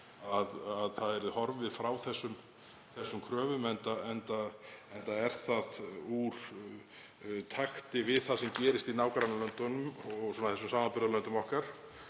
að horfið yrði frá þessum kröfum, enda eru þær úr í takti við það sem gerist í nágrannalöndunum og þessum samanburðarlöndum okkar